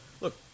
look